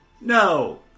No